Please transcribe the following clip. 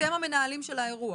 אתם המנהלים של האירוע.